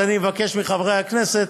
אז אני מבקש מחברי הכנסת,